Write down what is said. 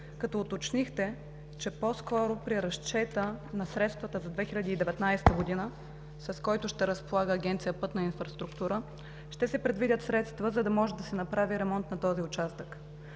като уточнихте, че по-скоро при разчета на средствата за 2019 г., с който ще разполага Агенция „Пътна инфраструктура“, ще се предвидят средства, за да може да се направи ремонт на този участък.